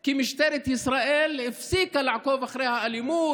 כי משטרת ישראל הפסיקה לעקוב אחרי האלימות,